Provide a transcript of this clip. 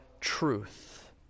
truth